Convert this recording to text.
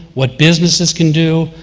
what businesses can do,